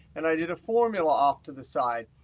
and i did a formula off to the side,